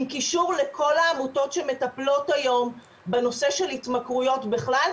עם קישור לכל העמותות שמטפלות היום בנושא של התמכרויות בכלל.